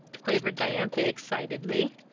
quavered diantha excitedly.